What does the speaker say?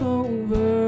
over